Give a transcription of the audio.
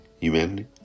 humanity